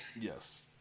yes